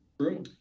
True